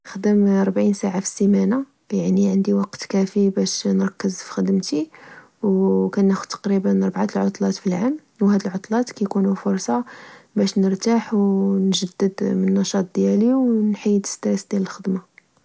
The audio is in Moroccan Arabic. كنخدم ربعين ساعة في السمانة، يعني عندي وقت كافي باش نركز فخدمتي. وكنأخذ تقريبا ربعة العطلات في العام، وهاد العطلات تكونو فرصة باش نرتاح ونجدد من النشاط ديالي و نحيد السريس ديال الخدمة..